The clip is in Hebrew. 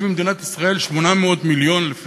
במדינת ישראל יש 800,000 משלמי אגרה,